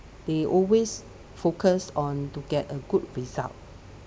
they always focus on to get a good result